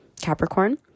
Capricorn